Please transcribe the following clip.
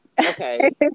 Okay